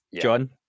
John